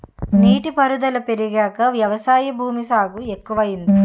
నీటి పారుదుల పెరిగాక వ్యవసాయ భూమి సాగు ఎక్కువయింది